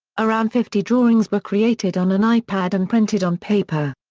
around fifty drawings were created on an ipad and printed on paper.